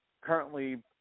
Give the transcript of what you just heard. currently